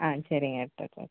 ஆ சரிங்க எடுத்து வச்சாச்சு